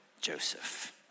Joseph